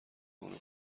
اونو